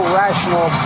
rational